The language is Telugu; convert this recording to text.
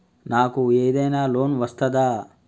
నాకు ఏదైనా లోన్ వస్తదా?